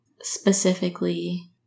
specifically